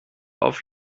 auf